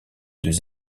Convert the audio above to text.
deux